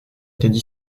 étaient